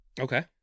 Okay